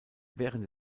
während